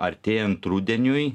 artėjant rudeniui